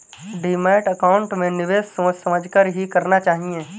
demat account में निवेश सोच समझ कर ही करना चाहिए